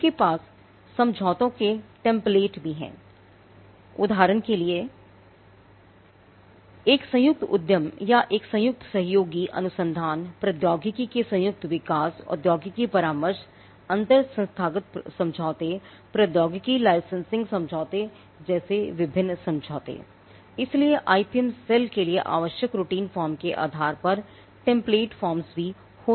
उनके पास समझौतों के टेम्पलेट भी हो सकते हैं